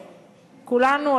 כולנו,